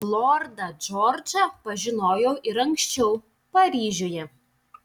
lordą džordžą pažinojau ir anksčiau paryžiuje